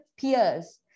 peers